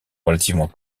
relativement